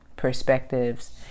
perspectives